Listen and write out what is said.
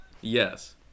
Yes